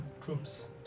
troops